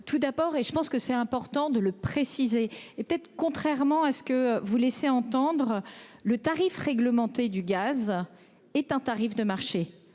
Tout d'abord et je pense que c'est important de le préciser et peut-être contrairement à ce que vous laissez entendre le tarif réglementé du gaz est un tarif de marché